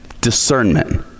discernment